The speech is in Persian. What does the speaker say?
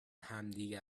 همدیگه